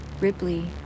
Ripley